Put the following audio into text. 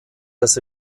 das